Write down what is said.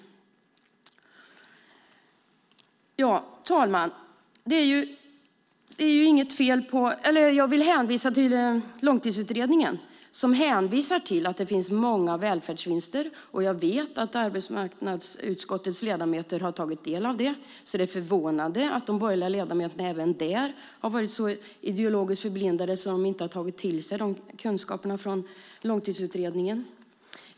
Herr talman! Jag vill hänvisa till Långtidsutredningen, som hänvisar till att det finns många välfärdsvinster. Jag vet att arbetsmarknadsutskottets ledamöter har tagit del av det. Då är det förvånande att de borgerliga ledamöterna även där har varit så ideologiskt förblindade att de inte har tagit till sig kunskaperna från Långtidsutredningen.